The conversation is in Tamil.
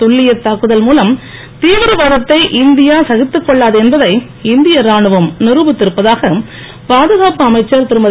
துல்லியத் தாக்குதல் மூலம் திவிரவாதத்தை இந்தியா சகித்துக்கொள்ளாது என்பதை இந்திய ராணுவம் நி ருபித்திருப்பதாக பாதுகாப்பு அமைச்சர் திருமதி